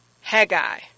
Haggai